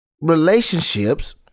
relationships